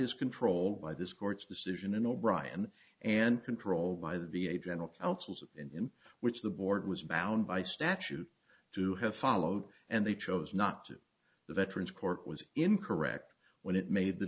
is controlled by this court's decision and o'brian and controlled by the v a general counsels in which the board was bound by statute to have followed and they chose not to the veterans court was incorrect when it made the